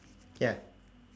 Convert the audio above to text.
ya